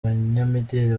banyamideli